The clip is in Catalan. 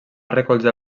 recolzar